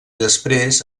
després